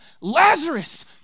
Lazarus